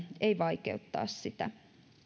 ei vaikeuttaa sitä